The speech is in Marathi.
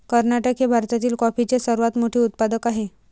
कर्नाटक हे भारतातील कॉफीचे सर्वात मोठे उत्पादक आहे